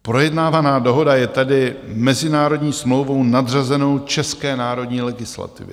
Projednávaná dohoda je tady mezinárodní smlouvou nadřazenou české národní legislativě.